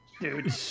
Dude